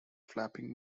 flapping